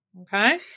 okay